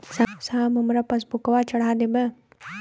साहब हमार पासबुकवा चढ़ा देब?